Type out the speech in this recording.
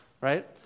right